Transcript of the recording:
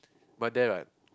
but there like